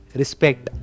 respect